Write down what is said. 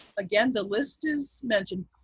again, the list is mentioned,